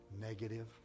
negative